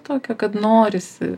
tokio kad norisi